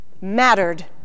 mattered